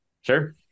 Sure